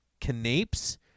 canapes